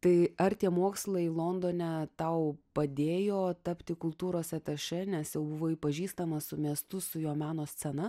tai ar tie mokslai londone tau padėjo tapti kultūros atašė nes jau buvai pažįstama su miestu su jo meno scena